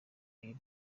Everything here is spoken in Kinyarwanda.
jules